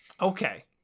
Okay